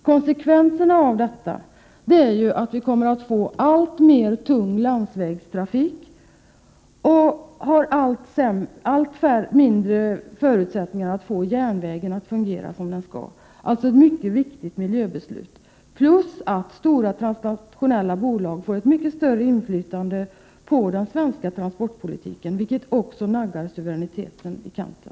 Konsekvenserna av detta är alltmer tung landsvägstrafik och allt mindre förutsättningar för järnvägen att fungera som den skall. Detta är alltså ett mycket viktigt miljöbeslut. Dessutom får stora transnationella bolag ett mycket större inflytande över den svenska transportpolitiken, vilket också naggar suveräniteten i kanten.